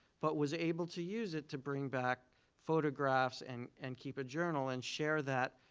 but was able to use it to bring back photographs and and keep a journal and share that,